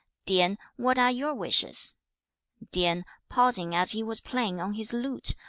tien, what are your wishes tien, pausing as he was playing on his lute,